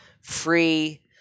free